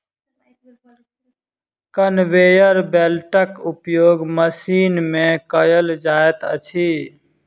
conveyor बेल्टक उपयोग machine मे कयल जाइत अछि